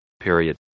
Period